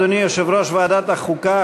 אדוני יושב-ראש ועדת החוקה,